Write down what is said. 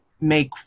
make